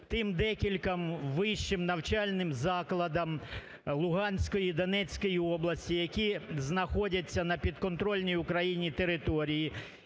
тим декільком вищим навчальним закладам Луганської і Донецької області, які знаходяться на підконтрольній Україні території